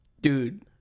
Dude